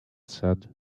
said